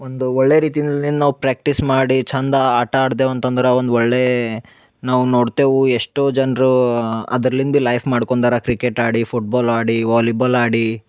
ಒಂದು ಒಳ್ಳೆಯ ರೀತಿಯಲ್ಲಿ ನಾವು ಪ್ರ್ಯಾಕ್ಟೀಸ್ ಮಾಡಿ ಚಂದ ಆಟ ಆಡ್ದೆವು ಅಂತಂದ್ರೆ ಒಂದು ಒಳ್ಳೆಯ ನಾವು ನೋಡ್ತೇವೆ ಎಷ್ಟೋ ಜನರು ಅದರ್ಲಿಂದೇ ಲೈಫ್ ಮಾಡ್ಕೊಂಡರ ಕ್ರಿಕೇಟ್ ಆಡಿ ಫುಟ್ಬಾಲ್ ಆಡಿ ವಾಲಿಬಲ್ ಆಡಿ